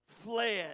Fled